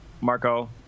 Marco